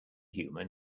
human